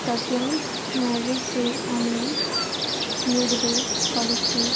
तातूंत merit base आनी need base scholarship